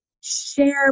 share